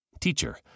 Teacher